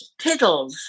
tiddles